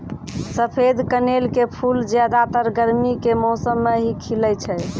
सफेद कनेल के फूल ज्यादातर गर्मी के मौसम मॅ ही खिलै छै